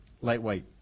Lightweight